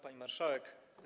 Pani Marszałek!